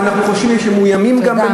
ואנחנו חושבים שיש כאלה שגם מאוימים באמת,